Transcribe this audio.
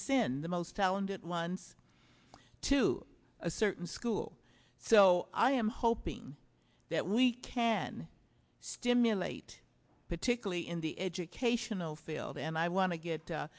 since the most talented ones to a certain school so i am hoping that we can stimulate particularly in the educational field and i want to get